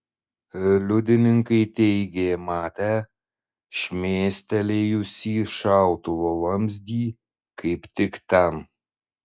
liudininkai teigė matę šmėstelėjusį šautuvo vamzdį kaip tik ten